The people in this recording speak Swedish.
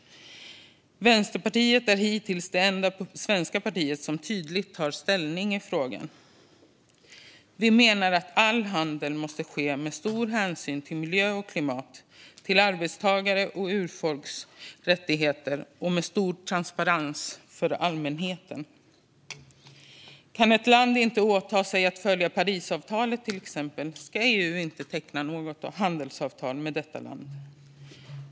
Vänsterpartiet är hittills det enda svenska parti som tydligt tar ställning i frågan. Vi menar att all handel måste ske med stor hänsyn till miljö och klimat, till arbetstagares och urfolks rättigheter och med stor transparens för allmänheten. Om ett land exempelvis inte kan åta sig att följa Parisavtalet ska EU inte teckna något handelsavtal med detta land.